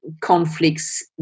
conflicts